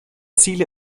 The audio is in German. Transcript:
ziele